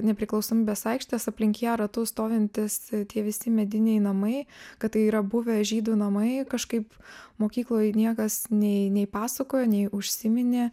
nepriklausomybės aikštės aplink ją ratu stovintys tie visi mediniai namai kad tai yra buvę žydų namai kažkaip mokykloj niekas nei nei pasakojo nei užsiminė